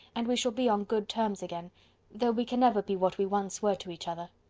and we shall be on good terms again though we can never be what we once were to each other.